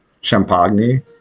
Champagne